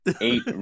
eight